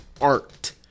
art